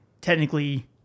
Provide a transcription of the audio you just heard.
technically